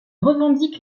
revendiquent